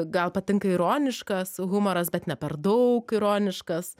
gal patinka ironiškas humoras bet ne per daug ironiškas